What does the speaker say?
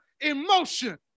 emotion